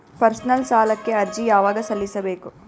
Personal ಸಾಲಕ್ಕೆ ಅರ್ಜಿ ಯವಾಗ ಸಲ್ಲಿಸಬೇಕು?